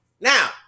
now